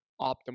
optimal